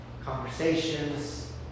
conversations